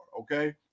okay